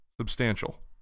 substantial